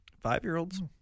Five-year-olds